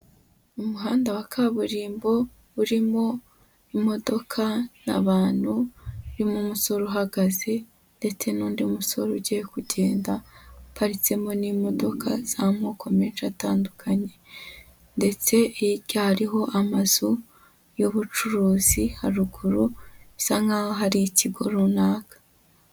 Umuhanda wa kaburimbo urimo imodoka n'abantu, harimo umusore uhagaze, ndetse n'undi musore ugiye kugenda, uparitsemo n'imodoka z'amoko menshi atandukanye, ndetse hirya hariho amazu y'ubucuruzi, haruguru bisa nk'aho hari ikigo runaka.